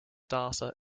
data